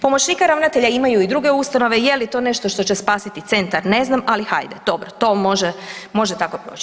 Pomoćnika ravnatelja imaju i druge ustanove, je li to nešto što će spasiti centar ne znam, ali hajde dobro to može tako proći.